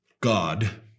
God